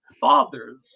fathers